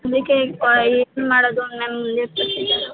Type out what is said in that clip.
ಅದಕ್ಕೆ ಈಗ ಏನು ಮಾಡೋದು ಮ್ಯಾಮ್ ಸಿಗೋದು